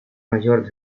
mayor